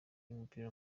w’umupira